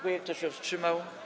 Kto się wstrzymał?